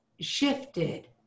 shifted